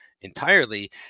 entirely